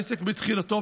העסק בתחילתו,